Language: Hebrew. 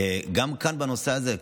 גם כאן בנושא הזה,